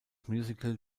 musical